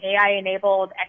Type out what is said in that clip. AI-enabled